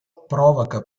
provoca